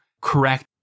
correct